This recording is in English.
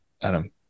Adam